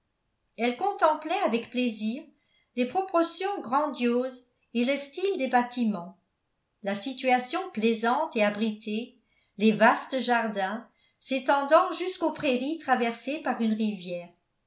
elle contemplait avec plaisir les proportions grandioses et le style des bâtiments la situation plaisante et abritée les vastes jardins s'étendant jusqu'aux prairies traversées par une rivière